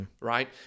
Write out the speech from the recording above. Right